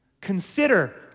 Consider